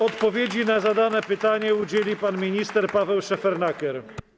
Odpowiedzi na zadane pytanie udzieli pan minister Paweł Szefernaker.